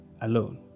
Alone